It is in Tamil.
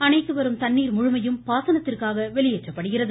அணைக்கு வரும் தண்ணீர் முழுமையும் பாசனத்திற்காக வெளியேற்றப்படுகிறது